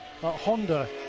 Honda